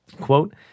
quote